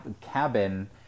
cabin